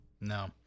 No